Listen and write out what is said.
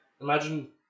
imagine